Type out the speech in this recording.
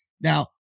now